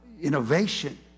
innovation